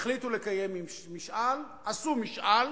החליטו לקיים משאל, עשו משאל,